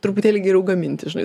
truputėlį geriau gaminti žinai